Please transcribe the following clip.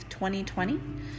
2020